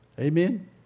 Amen